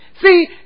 See